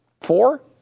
Four